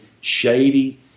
shady